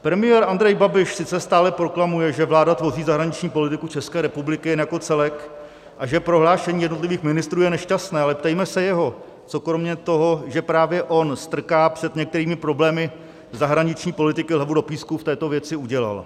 Premiér Andrej Babiš sice stále proklamuje, že vláda tvoří zahraniční politiku České republiky jako celek a že prohlášení jednotlivých ministrů je nešťastné, ale ptejme se jeho, co kromě toho, že právě on strká před některými problémy zahraniční politiky hlavu do písku, v této věci udělal.